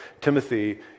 Timothy